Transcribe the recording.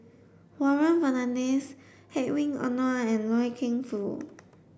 Warren Fernandez Hedwig Anuar and Loy Keng Foo